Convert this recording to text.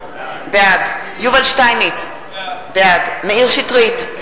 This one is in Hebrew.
בעד יובל שטייניץ, בעד מאיר שטרית,